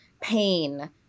pain